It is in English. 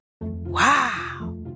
Wow